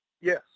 Yes